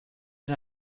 den